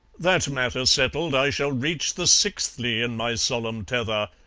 that matter settled, i shall reach the sixthly in my solemn tether,